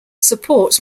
supports